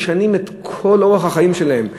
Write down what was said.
משנים את כל אורח החיים שלהם,